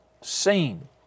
seen